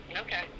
Okay